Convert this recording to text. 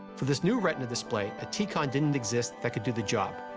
for this new retina display, a tcon didn't exist that could do the job.